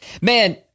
man